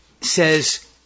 says